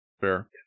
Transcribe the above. Fair